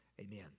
amen